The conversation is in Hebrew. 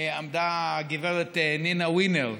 עמדה הגברת נינה ווינר,